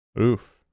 Oof